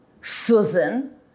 Susan